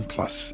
Plus